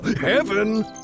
Heaven